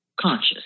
conscious